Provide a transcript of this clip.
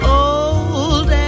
old